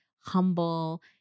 humble